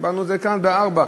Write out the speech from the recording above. קיבלנו את זה כאן ב-16:00.